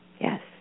Yes